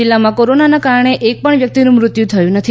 જીલ્લામાં કોરોનાના કારણે એક પણ વ્યકિતનું મૃત્યુ થયું નથી